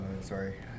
sorry